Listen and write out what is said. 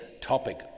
topic